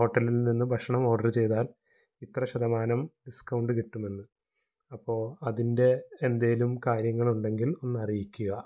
ഹോട്ടലിൽ നിന്ന് ഭക്ഷണം ഓഡര് ചെയ്താൽ ഇത്ര ശതമാനം ഡിസ്ക്കൗണ്ട് കിട്ടുമെന്ന് അപ്പോള് അതിൻ്റെ എന്തേലും കാര്യങ്ങളുണ്ടെങ്കിൽ ഒന്ന് അറിയിക്കുക